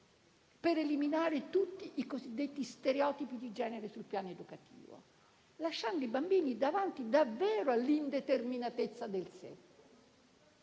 per eliminare tutti i cosiddetti stereotipi di genere sul piano educativo, lasciando i bambini davanti, davvero, all'indeterminatezza del sé.